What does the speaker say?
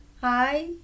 Hi